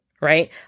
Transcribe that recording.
right